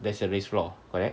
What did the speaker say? there's a raised floor correct